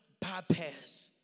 bypass